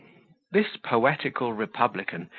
this poetical republican,